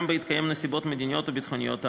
גם בהתקיים הנסיבות המדיניות או הביטחוניות האמורות.